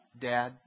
Dad